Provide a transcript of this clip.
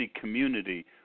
community